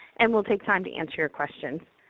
and we'll take time to answer your questions.